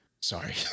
Sorry